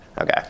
Okay